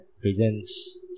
presents